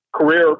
career